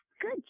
Good